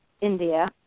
India